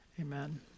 amen